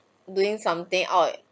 doing something out